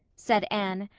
said anne,